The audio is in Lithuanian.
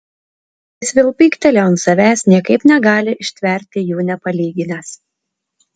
jis vėl pyktelėjo ant savęs niekaip negali ištverti jų nepalyginęs